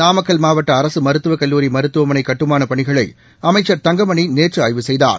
நாமக்கல் மாவட்ட அரசு மருத்துவக்கல்லூரி மருத்துவமனை கட்டுமானப் பணிகளை அமைச்ச் தங்கமணி நேற்று ஆய்வு செய்தார்